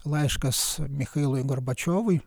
laiškas michailui gorbačiovui